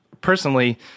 personally